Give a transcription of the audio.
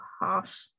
harsh